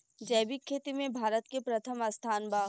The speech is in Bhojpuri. जैविक खेती में भारत के प्रथम स्थान बा